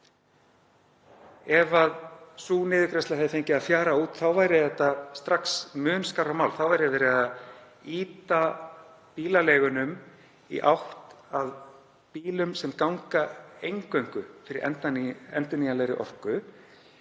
Ef sú niðurgreiðsla hefði fengið að fjara út væri þetta strax mun skárra mál. Þá væri verið að ýta bílaleigunum í átt að bílum sem ganga eingöngu fyrir endurnýjanlegri orku.